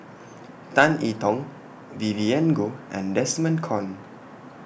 Tan I Tong Vivien Goh and Desmond Kon